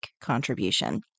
contribution